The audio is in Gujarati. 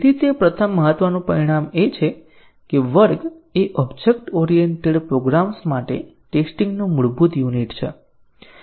તે પ્રથમ મહત્વનું પરિણામ છે કે વર્ગ એ ઓબ્જેક્ટ ઓરિએન્ટેડ પ્રોગ્રામ્સ માટે ટેસ્ટીંગ નું મૂળભૂત યુનિટ છે